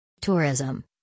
Tourism